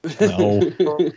no